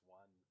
one